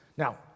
Now